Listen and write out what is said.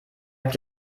habt